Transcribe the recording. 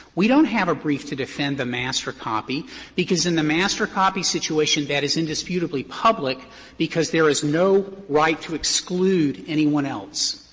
we don't have a brief to defend the master copy because in the master copy situation, that is indisputably public because there is no right to exclude anyone else.